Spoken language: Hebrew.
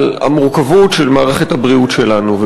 על המורכבות של מערכת הבריאות שלנו.